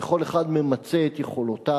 וכל אחד ממצה את יכולותיו.